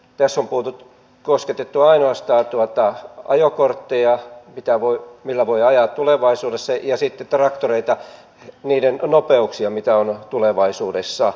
tässä on kosketettu ainoastaan ajokorttia millä voi ajaa tulevaisuudessa ja sitten traktoreiden nopeuksia ja traktoriluokkia mitä on tulevaisuudessa